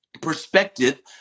perspective